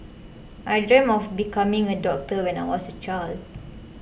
I dreamt of becoming a doctor when I was a child